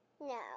No